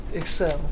excel